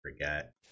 forget